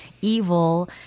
evil